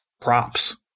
props